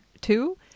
two